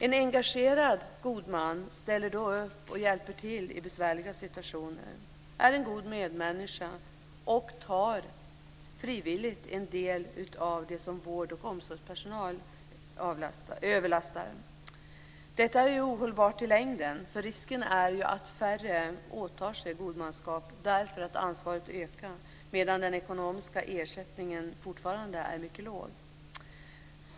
En engagerad god man ställer då upp och hjälper till i besvärliga situationer, är en god medmänniska och tar frivilligt en del av det ansvar som vård och omsorgspersonal lastar över. Detta är ohållbart i längden. Risken finns att färre åtar sig godmanskap därför att ansvaret ökar medan den ekonomiska ersättningen fortfarande är mycket låg.